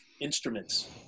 instruments